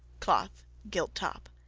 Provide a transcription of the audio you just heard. cloth, gilt top.